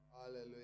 Hallelujah